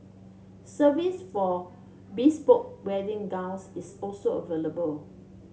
service for bespoke wedding gowns is also available